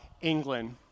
England